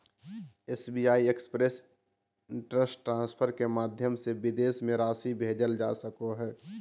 SBI express instant transfer के माध्यम से विदेश में राशि भेजल जा सको हइ